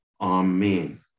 amen